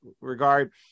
regard